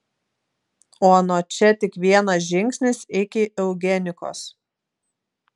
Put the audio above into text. o nuo čia tik vienas žingsnis iki eugenikos